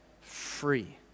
free